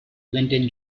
lyndon